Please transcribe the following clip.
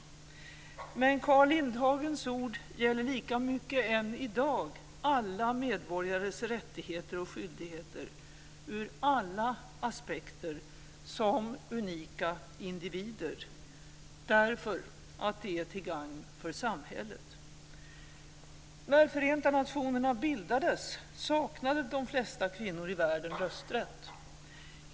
Men Carl Lindhagens ord gäller lika mycket än i dag alla medborgares rättigheter, och skyldigheter, ur alla aspekter som unika individer - "därför att - det är till gagn - för samhället." När Förenta nationerna bildades saknade de flesta kvinnor i världen rösträtt.